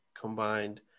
combined